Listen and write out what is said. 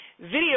Video